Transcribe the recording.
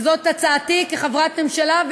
וזאת הצעתי כחברת הממשלה,